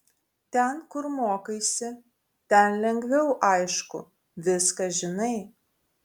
ten kur mokaisi ten lengviau aišku viską žinai